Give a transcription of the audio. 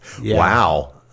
Wow